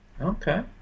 Okay